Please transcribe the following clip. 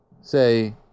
say